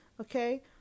okay